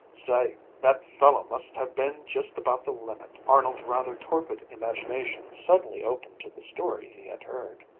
say, that fellow must have been just about the limit! arnold's rather torpid imagination suddenly opened to the story he had heard.